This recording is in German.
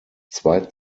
zwei